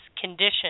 condition